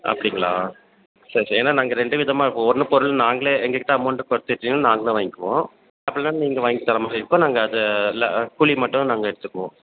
அப்படிங்களா சரி சரி ஏனால் நாங்கள் ரெண்டு விதமாக இப்போ ஒன்று பொருள் நாங்களே எங்கள்கிட்ட அமௌண்ட்டை நாங்களே வாங்கிக்குவோம் அப்படி இல்லைனாலும் நீங்கள் வாங்கித் தர மாதிரி இருக்கும் நாங்கள் அதை இல்லை கூலி மட்டும் நாங்கள் எடுத்துக்குவோம்